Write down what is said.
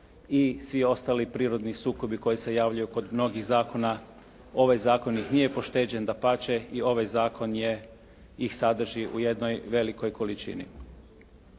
i svi ostali prirodni sukobi koji se javljaju kod mnogih zakona. Ovaj zakon ih nije pošteđen, dapače, i ovaj zakon ih sadrži u jednoj velikoj količini.